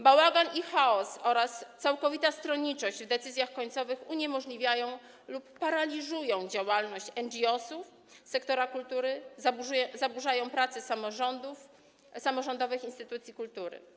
Bałagan i chaos oraz całkowita stronniczość w decyzjach końcowych uniemożliwiają lub paraliżują działalność NGOs sektora kultury, zaburzają pracę samorządów, samorządowych instytucji kultury.